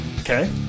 Okay